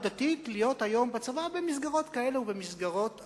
דתית להיות היום בצבא במסגרות כאלה ובמסגרות אחרות,